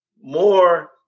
more